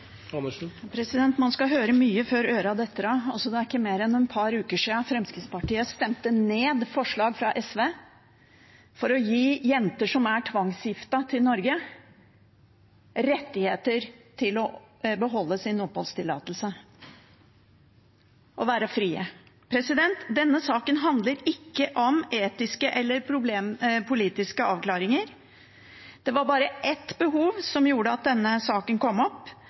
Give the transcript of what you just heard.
Andersen har hatt ordet to ganger tidligere i debatten og får ordet til en kort merknad, begrenset til 1 minutt. Man skal høre mye før ørene detter av. Det er ikke mange ukene siden Fremskrittspartiet stemte ned forslag fra SV om å gi jenter som er tvangsgiftet til Norge, rettigheter til å beholde sin oppholdstillatelse og være frie. Denne saken handler ikke om etiske eller politiske avklaringer. Det var bare ett behov som gjorde at denne saken